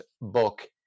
book